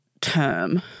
term